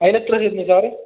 അതിനെത്ര വരുന്നു സാറ്